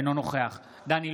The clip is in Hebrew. אינו נוכח דן אילוז,